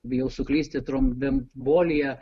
bijau suklysti trumbembolija